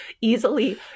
easily